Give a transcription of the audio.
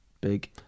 Big